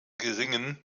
geringen